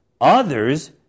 Others